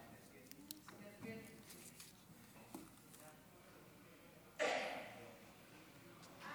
אדוני יושב-ראש הישיבה, כנסת נכבדה, אני